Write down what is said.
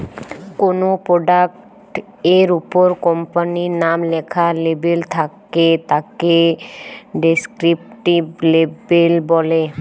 কোনো প্রোডাক্ট এর উপর কোম্পানির নাম লেখা লেবেল থাকে তাকে ডেস্ক্রিপটিভ লেবেল বলে